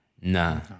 Nah